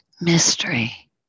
mystery